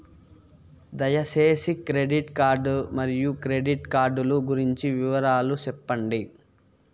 దయసేసి credit card మరియు credit card లు గురించి వివరాలు సెప్పండి?